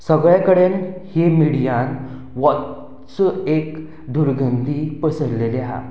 सगले कडेन ह्या मिडियान हीच एक दुर्गंधी पसरयिल्ली आसा